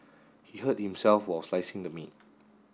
he hurt himself while slicing the meat